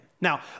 Now